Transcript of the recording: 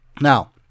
Now